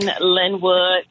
Linwood